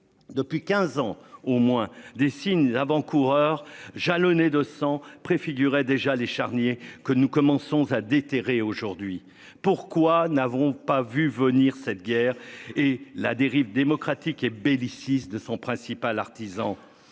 Depuis 15 ans au moins. Des signes avant-coureurs jalonnés de 100 préfigurait déjà les charniers que nous commençons à déterrer aujourd'hui. Pourquoi n'avons pas vu venir cette guerre et la dérive démocratique et bellicistes de son principal artisan,